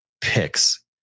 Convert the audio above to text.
picks